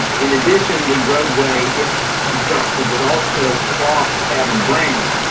in addition, the roadway, if constructed would also cross kevin branch.